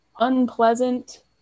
unpleasant